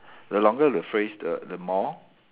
the longer the phrase the the more